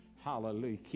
Hallelujah